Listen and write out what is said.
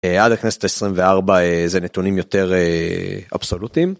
עד הכנסת ה-24 זה נתונים יותר אבסולוטיים.